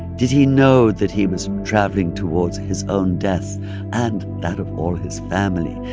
did he know that he was traveling towards his own death and that of all his family?